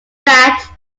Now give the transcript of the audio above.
sat